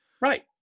right